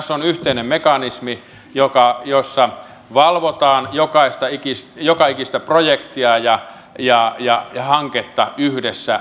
tässä on yhteinen mekanismi jossa valvotaan joka ikistä projektia ja hanketta yhdessä